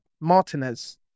Martinez